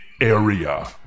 area